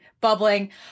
bubbling